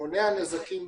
מונע נזקים